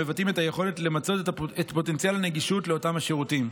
המבטאים את היכולת למצות את פוטנציאל הנגישות לאותם השירותים.